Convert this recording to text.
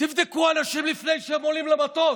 תבדקו אנשים לפני שהם עולים למטוס,